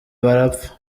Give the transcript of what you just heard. barapfa